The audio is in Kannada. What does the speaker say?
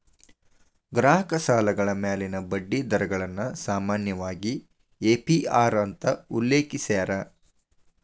ಗ್ರಾಹಕ ಸಾಲಗಳ ಮ್ಯಾಲಿನ ಬಡ್ಡಿ ದರಗಳನ್ನ ಸಾಮಾನ್ಯವಾಗಿ ಎ.ಪಿ.ಅರ್ ಅಂತ ಉಲ್ಲೇಖಿಸ್ಯಾರ